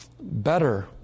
better